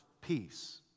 peace